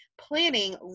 planning